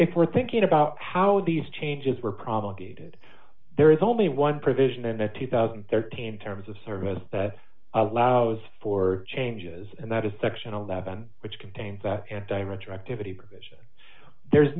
if we're thinking about how these changes were promulgated there is only one provision in the two thousand and thirteen terms of service that allows for changes and that is section eleven which contains that and diameter activity provision there